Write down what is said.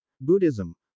Buddhism